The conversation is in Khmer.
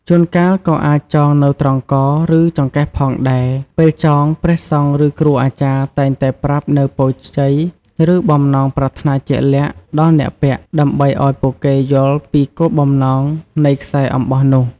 ជួនកាលក៏អាចចងនៅត្រង់ក ឬចង្កេះផងដែរ។ ពេលចង ព្រះសង្ឃ ឬគ្រូអាចារ្យតែងតែប្រាប់នូវ ពរជ័យ ឬបំណងប្រាថ្នាជាក់លាក់ ដល់អ្នកពាក់ ដើម្បីឲ្យពួកគេយល់ពីគោលបំណងនៃខ្សែអំបោះនោះ។